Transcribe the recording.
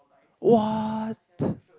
what